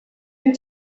and